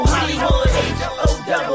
Hollywood